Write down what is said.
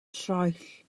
troell